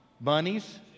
bunnies